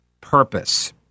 purpose